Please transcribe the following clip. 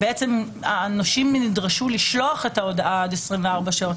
הנושים נדרשו לשלוח את ההודעה עד 24 שעות